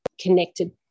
connected